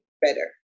better